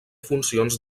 funcions